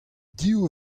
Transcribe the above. div